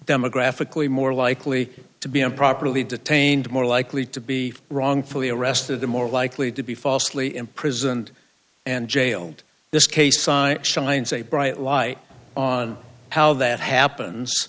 demographically more likely to be improperly detained more likely to be wrongfully arrested or more likely to be falsely imprisoned and jailed this case side shines a bright light on how that happens